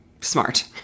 Smart